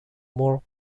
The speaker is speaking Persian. مرغ